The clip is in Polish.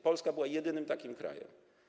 Polska była jedynym takim krajem.